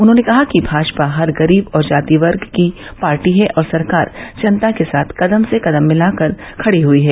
उन्होंने कहा कि भाजपा हर गरीब और जाति वर्ग की पार्टी है और सरकार जनता के साथ कदम से कदम मिलाकर खड़ी हुई है